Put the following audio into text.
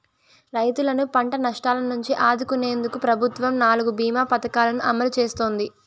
రైతులను పంట నష్టాల నుంచి ఆదుకునేందుకు ప్రభుత్వం నాలుగు భీమ పథకాలను అమలు చేస్తోంది